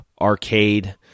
Arcade